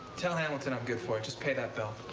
tell hamilton i'm good for it. just pay that bill.